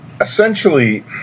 essentially